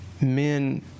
men